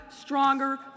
stronger